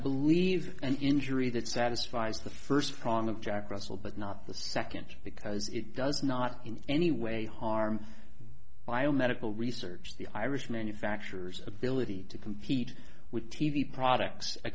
believe an injury that satisfies the first prong of jack russell but not the second because it does not in any way harm biomedical research the irish manufacturers ability to compete with t v products a